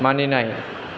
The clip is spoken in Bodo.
मानिनाय